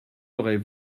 auraient